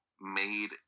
made